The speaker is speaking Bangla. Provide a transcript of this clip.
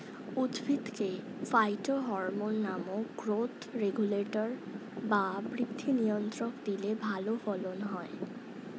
উদ্ভিদকে ফাইটোহরমোন নামক গ্রোথ রেগুলেটর বা বৃদ্ধি নিয়ন্ত্রক দিলে ভালো ফলন হয়